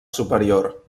superior